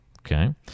Okay